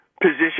position